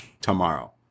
tomorrow